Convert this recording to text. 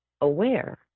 aware